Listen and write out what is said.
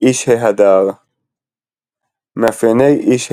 איש ההדר מאפייני "איש ההדר"